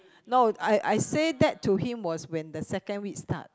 no I I say that to him was when the second week start